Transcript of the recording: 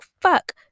fuck